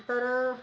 तर